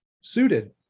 suited